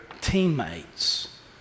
teammates